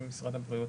זו העמדה של המשרד.